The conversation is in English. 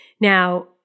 Now